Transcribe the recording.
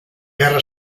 guerra